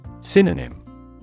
Synonym